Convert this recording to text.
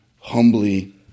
humbly